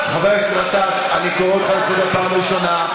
חבר הכנסת גטאס, אני קורא אותך לסדר פעם ראשונה.